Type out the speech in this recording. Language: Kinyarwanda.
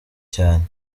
cyane